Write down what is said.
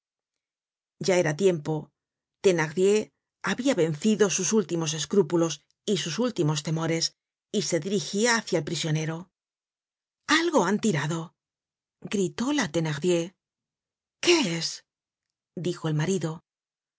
ya era tiempo thenardier habia vencido sus últimos escrúpulos ó sus últimos temores y se dirigia hácia el prisionero algo han tirado gritó la thenardier qué es dijo el marido